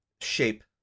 shape